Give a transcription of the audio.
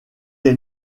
est